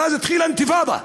ואז התחילה אינתיפאדה.